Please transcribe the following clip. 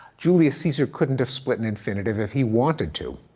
julius caesar couldn't have split an infinitive if he wanted to.